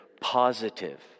positive